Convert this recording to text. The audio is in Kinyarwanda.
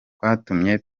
kwatumye